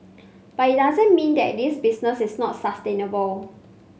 but it doesn't mean that this business is not sustainable